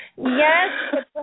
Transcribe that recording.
Yes